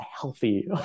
healthy